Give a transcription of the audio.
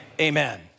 Amen